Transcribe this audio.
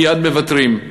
מייד מוותרים.